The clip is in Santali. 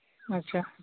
ᱟᱪᱪᱷᱟ